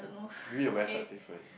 maybe the websites different